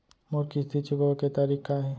मोर किस्ती चुकोय के तारीक का हे?